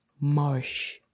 Marsh